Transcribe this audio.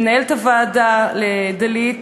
למנהלת הוועדה דלית